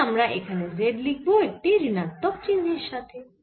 তাই আমরা এখানে z লিখব একটি ঋণাত্মক চিহ্নের সাথে